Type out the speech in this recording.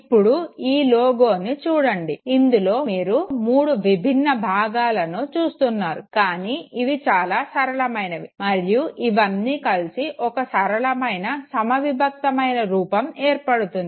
ఇప్పుడు ఈ లోగోని చూడండి ఇందులో మీరు మూడు విభిన్న భాగాలను చూస్తున్నారు కానీ ఇవి చాలా సరళమైనవి మరియు ఇవ్వన్ని కలిసి ఒక సరళమైన సమవిభక్తమైన రూపం ఏర్పడుతుంది